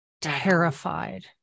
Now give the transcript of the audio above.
terrified